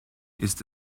ist